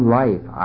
life